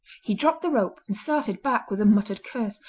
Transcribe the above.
he dropped the rope and started back with a muttered curse,